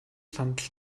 сандал